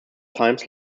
times